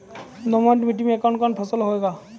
दोमट मिट्टी मे कौन कौन फसल होगा?